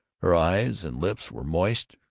her eyes and lips were moist.